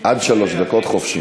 עד שלוש דקות חופשי.